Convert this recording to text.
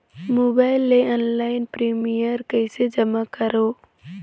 Mobile ले online premium कइसे जमा करों?